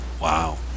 Wow